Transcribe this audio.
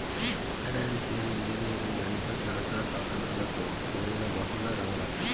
financial engineering గణిత శాస్త్ర సాధనలతో కూడిన బహుళ రంగం